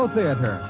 Theater